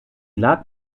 lag